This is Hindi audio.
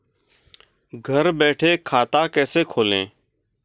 घर बैठे खाता कैसे खोलें?